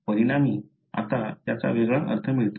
परिणामी आता त्याचा वेगळा अर्थ मिळतो